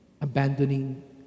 abandoning